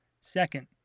Second